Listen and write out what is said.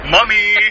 Mummy